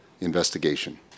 investigation